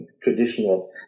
traditional